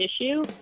issue